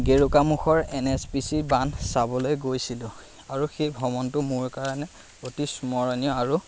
গেৰুকামুখৰ N S P C বান্ধ চাবলৈ গৈছিলোঁ আৰু সেই ভ্ৰমণটো মোৰ কাৰণে অতি স্মৰণীয় আৰু